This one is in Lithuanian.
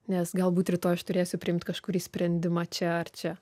nes galbūt rytoj aš turėsiu priimt kažkurį sprendimą čia ar čia